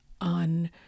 on